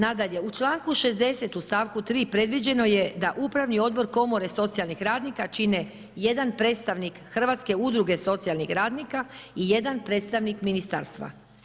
Nadalje, u članku 60. u stavku 3. predviđeno je da Upravni odbor Komore socijalnih radnika čine jedan predstavnik Hrvatske udruge socijalnih radnika i jedan predstavnik ministarstva.